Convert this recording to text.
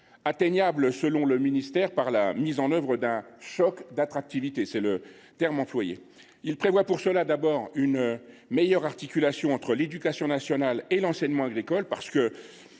atteignables, selon le ministère, par la mise en œuvre d’un « choc d’attractivité ». Le texte prévoit pour cela d’abord une meilleure articulation entre l’éducation nationale et l’enseignement agricole, car les